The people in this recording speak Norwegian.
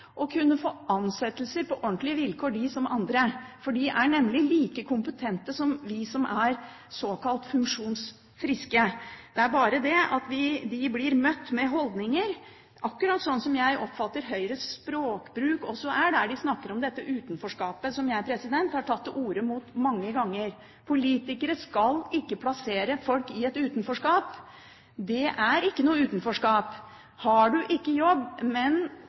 kunne få ansettelser på ordentlige vilkår, de som andre. For de er nemlig like kompetente som vi som er såkalt funksjonsfriske. Det er bare det at de blir møtt med holdninger som jeg oppfatter at Høyre og deres språkbruk også viser når de snakker om dette utenforskapet som jeg har tatt til orde mot mange ganger. Politikere skal ikke plassere folk i et utenforskap. Det er ikke noe utenforskap. Har du ikke jobb, men